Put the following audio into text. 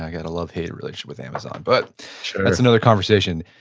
i got a love-hate relationship with amazon, but that's another conversation.